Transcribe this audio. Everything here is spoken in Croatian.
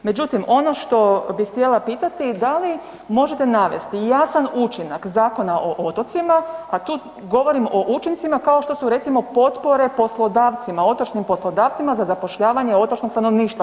Međutim, ono što bih htjela pitati da li možete navesti jasan učinak Zakona o otocima, a tu govorim o učincima kao što su recimo potpore poslodavcima, otočnim poslodavcima za zapošljavanje otočnog stanovništva.